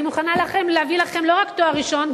אני מוכנה להביא לכם לא רק תואר ראשון,